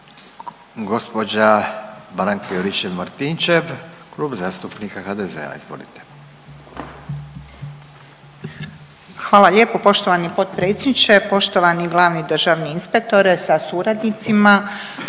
Hvala lijepo poštovani potpredsjedniče. Poštovani glavni državni inspektore sa suradnicima,